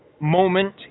moment